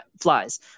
flies